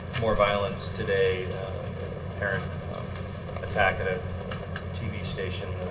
more violence today apparent attack at a tv station